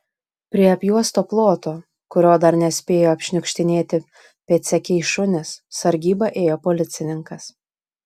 prie apjuosto ploto kurio dar nespėjo apšniukštinėti pėdsekiai šunys sargybą ėjo policininkas